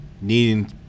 needing